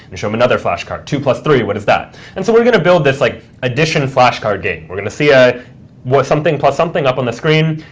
show him another flash card, two plus three. what is that? and so we're going to build this like addition flash card game. we're going to see ah what's something plus something up on the screen.